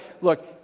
look